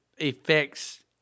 affects